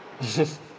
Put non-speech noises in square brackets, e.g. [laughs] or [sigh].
[laughs]